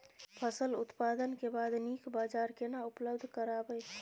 फसल उत्पादन के बाद नीक बाजार केना उपलब्ध कराबै?